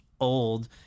old